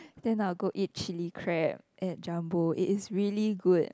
then I will go eat chili crab at Jumbo it is really good